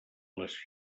les